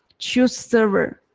choose server,